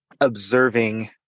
observing